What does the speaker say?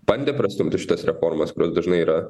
bandė prastumti šitas reformas kurios dažnai yra